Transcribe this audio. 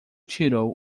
tirou